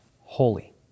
holy